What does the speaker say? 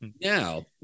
Now